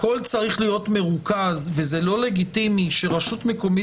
שהכול צריך להיות מרוכז ולא לגיטימי שרשות מקומית